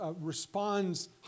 Responds